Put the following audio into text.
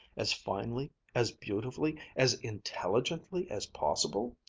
as finely, as beautifully, as intelligently as possible?